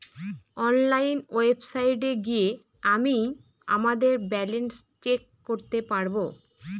online ওয়েবসাইটে গিয়ে আমিই আমাদের ব্যালান্স চেক করতে পারবো